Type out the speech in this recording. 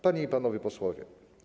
Panie i Panowie Posłowie!